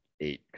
eight